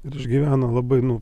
ir išgyvena labai nu